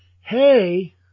hey